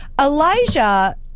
Elijah